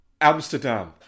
Amsterdam